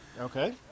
Okay